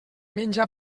menja